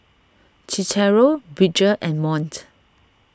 Cicero Bridger and Mont